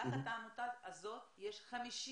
תחת העמותה הזאת יש 50